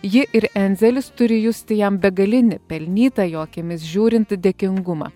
ji ir enzelis turi justi jam begalinį pelnytą jo akimis žiūrint dėkingumą